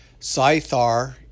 Scythar